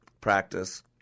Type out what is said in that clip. practice